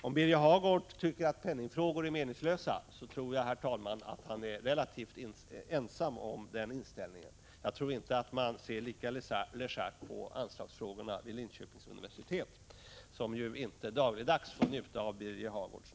Om Birger Hagård tycker att penningfrågor är meningslösa, är han nog relativt ensam om den inställningen. Jag tror inte att man ser lika legärt på anslagsfrågorna vid Linköpings universitet, som ju inte dagligdags får njuta av Birger Hagårds närvaro.